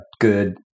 good